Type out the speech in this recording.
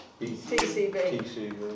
TCB